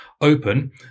open